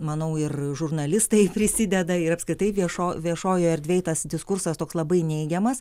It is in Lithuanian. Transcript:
manau ir žurnalistai prisideda ir apskritai viešo viešojoj erdvėj tas diskursas toks labai neigiamas